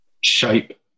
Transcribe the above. shape